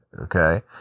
Okay